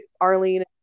Arlene